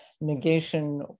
negation